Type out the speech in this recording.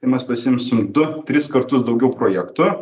tai mes pasiimsim du tris kartus daugiau projektų